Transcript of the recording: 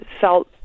felt